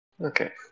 Okay